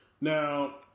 Now